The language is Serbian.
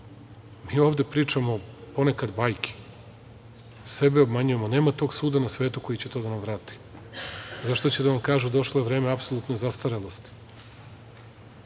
mi ovde pričamo ponekad bajke, sebe obmanjujemo, ali nema tog suda na svetu koji će to da nam vrati, zato što će da vam kažu da je došlo vreme apsolutne zastarelosti,